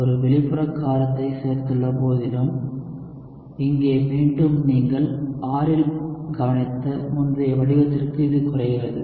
ஒரு வெளிப்புற காரத்தை சேர்த்துள்ள போதிலும் இங்கே மீண்டும் நீங்கள் R இல் கவனித்த முந்தைய வடிவத்திற்கு இது குறைகிறது